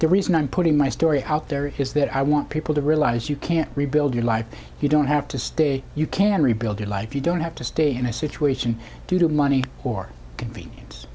the reason i'm putting my story out there is that i want people to realize you can't rebuild your life you don't have to stay you can rebuild your life you don't have to stay in a situation due to money or convenience